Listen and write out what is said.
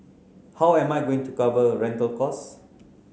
how am I going to cover a rental costs